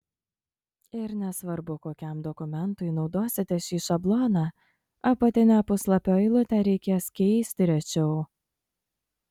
ir nesvarbu kokiam dokumentui naudosite šį šabloną apatinę puslapio eilutę reikės keisti rečiau